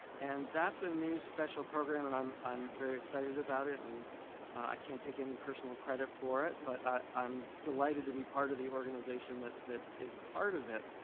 and that's a new special program, and i'm i'm very excited about it, and i can't take any personal credit for it, but i'm delighted to be part of the organization that that is part of it.